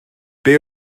beth